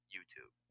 YouTube